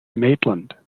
maitland